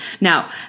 Now